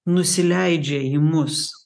nusileidžia į mus